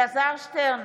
(קוראת בשמות חברי הכנסת) אלעזר שטרן,